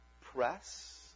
Press